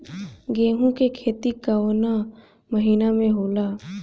गेहूँ के खेती कवना महीना में होला?